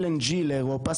LNG לאירופה,